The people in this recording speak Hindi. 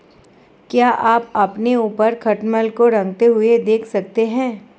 क्या आप अपने ऊपर खटमल को रेंगते हुए देख सकते हैं?